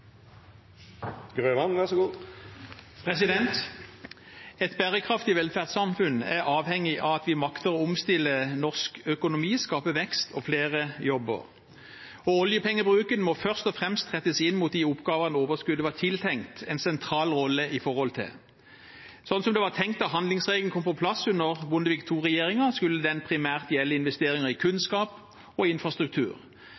flere jobber, og oljepengebruken må først og fremst rettes inn mot de oppgavene overskuddet var tiltenkt en sentral rolle i forhold til. Slik det var tenkt da handlingsregelen kom på plass under Bondevik II-regjeringen, skulle den primært gjelde investeringer i